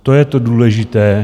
To je to důležité.